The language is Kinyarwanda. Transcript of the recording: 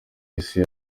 isi